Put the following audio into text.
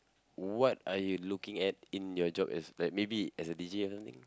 what are you looking at in your job aspect maybe as a deejay or something